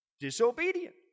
Disobedient